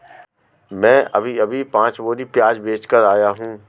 मैं अभी अभी पांच बोरी प्याज बेच कर आया हूं